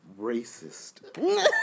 Racist